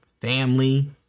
family